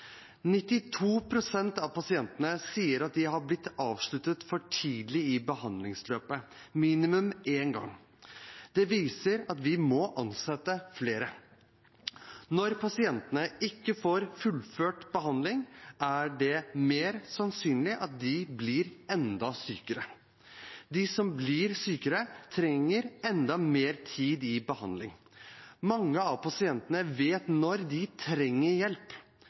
pst. av pasientene sier at de har blitt avsluttet for tidlig i behandlingsløpet, minimum én gang. Det viser at vi må ansette flere. Når pasienter ikke får fullført behandlingen, er det mer sannsynlig at de blir enda sykere. De som blir sykere, trenger enda mer tid i behandling. Mange av pasientene vet når de trenger hjelp,